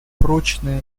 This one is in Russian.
прочная